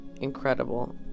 incredible